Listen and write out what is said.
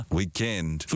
Weekend